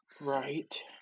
Right